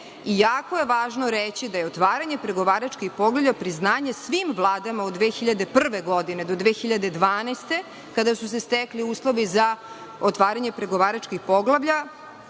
je važno reći da je otvaranje pregovaračkih poglavlja priznanje svim vladama od 2001. do 2012. godine, kada su se stekli uslovi za otvaranje pregovaračkih poglavlja,